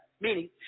Meaning